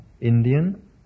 Indian